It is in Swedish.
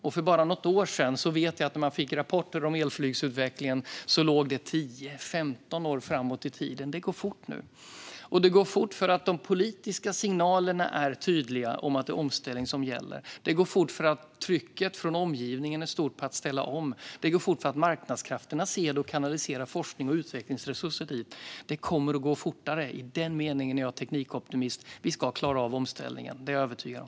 När man bara för något år sedan fick rapporter om elflygsutvecklingen låg detta 10-15 år framåt i tiden, så det går fort nu. Och det går fort för att de politiska signalerna är tydliga om att det är omställning som gäller. Det går fort för att trycket från omgivningen på att ställa om är stort. Det går fort för att marknadskrafterna ser detta och kanaliserar forskning och utvecklingsresurser dit. Det kommer att gå fortare, och i den meningen är jag teknikoptimist. Vi ska klara av omställningen; det är jag övertygad om.